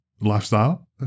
lifestyle